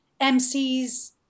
MCs